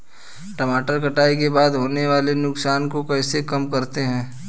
टमाटर कटाई के बाद होने वाले नुकसान को कैसे कम करते हैं?